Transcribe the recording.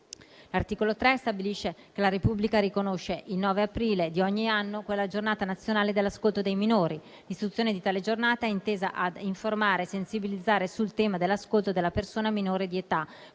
L'articolo 3 stabilisce che la Repubblica riconosce il 9 aprile di ogni anno quale Giornata nazionale dell'ascolto dei minori. L'istituzione di tale giornata è intesa ad informare e sensibilizzare sul tema dell'ascolto della persona minore di età,